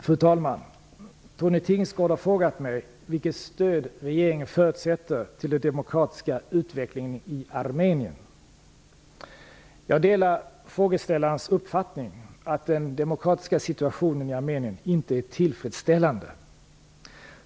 Fru talman! Tone Tingsgård har frågat mig vilket stöd regeringen förutser till den demokratiska utvecklingen i Armenien. Jag delar frågeställarens uppfattning att den demokratiska situationen i Armenien inte är tillfredsställande.